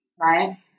right